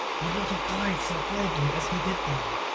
would not have died so horribly as he did die.